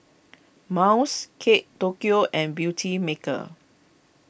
Miles Kate Tokyo and Beautymaker